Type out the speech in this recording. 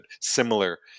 similar